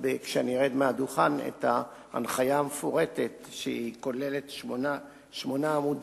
האם היא קובעת מה קורה אז,